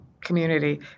community